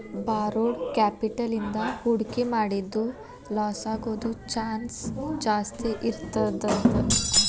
borrowed capital ಇಂದಾ ಹೂಡ್ಕಿ ಮಾಡಿದ್ದು ಲಾಸಾಗೊದ್ ಚಾನ್ಸ್ ಜಾಸ್ತೇಇರ್ತದಂತ